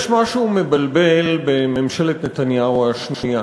יש משהו מבלבל בממשלת נתניהו השנייה